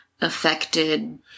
affected